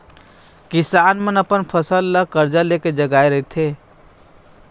किसान मन अपन फसल ल करजा ले के लगाए रहिथे